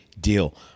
deal